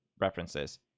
references